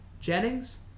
Jennings